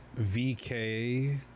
VK